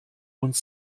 und